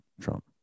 Trump